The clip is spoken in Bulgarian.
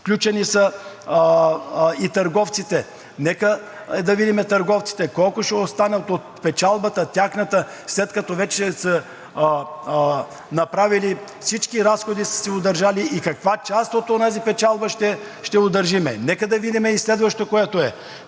Включени са и търговците. Нека да видим търговците – колко ще остане от тяхната печалба, след като вече са направили всички разходи и тогава са си удържали и каква част от онази печалба ще удържим. Нека да видим и следващото. Тези